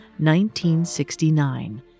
1969